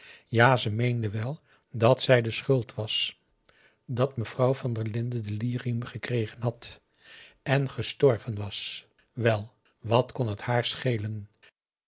wel dat zij de schuld was dat mevrouw van der linden d e l i r i u m gekregen had en gestorven was wel wat kon het haar schelen